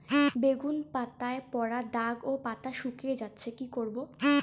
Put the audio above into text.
বেগুন পাতায় পড়া দাগ ও পাতা শুকিয়ে যাচ্ছে কি করব?